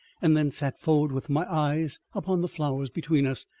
and then sat forward with my eyes upon the flowers between us,